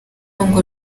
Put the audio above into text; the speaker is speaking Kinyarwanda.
ngo